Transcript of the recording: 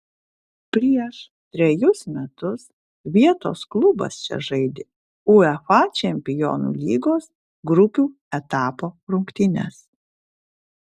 prieš trejus metus vietos klubas čia žaidė uefa čempionų lygos grupių etapo rungtynes